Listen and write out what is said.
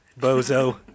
bozo